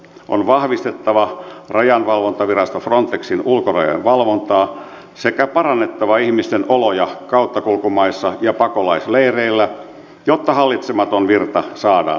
on vahvistettava rajavalvontavirasto frontexin ulkorajojen valvontaa sekä parannettava ihmisten oloja kauttakulkumaissa ja pakolaisleireillä jotta hallitsematon virta saadaan loppumaan